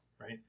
Right